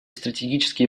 стратегические